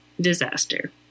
disaster